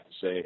say